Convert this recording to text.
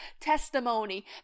testimony